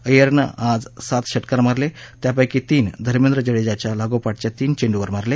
अय्यरनं आज सात षटकार मारले त्यापैकी तीन धमेंद्र जडेजाच्या लागोपाठच्या तीन चेंडूवर मारले